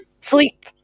sleep